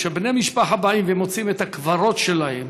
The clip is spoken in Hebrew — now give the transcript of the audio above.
כשבני משפחה באים ומוצאים את הקברות שלהם